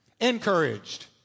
encouraged